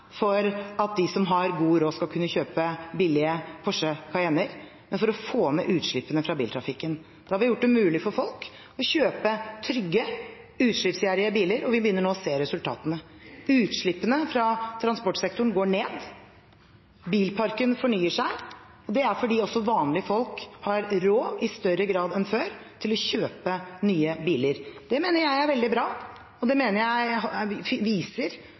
for at de som har god råd, skal kunne kjøpe billige Porsche Cayenne-biler, men for å få ned utslippene fra biltrafikken. Da har vi gjort det mulig for folk å kjøpe trygge, utslippsgjerrige biler, og vi begynner nå å se resultatene. Utslippene fra transportsektoren går ned. Bilparken blir fornyet. Det er fordi også vanlige folk har råd i stadig større grad enn før til å kjøpe nye biler. Det mener jeg er veldig bra, og det mener jeg viser at innretningen på skatte- og avgiftspolitikken har vært grunnleggende sosial. I